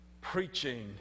preaching